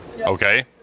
Okay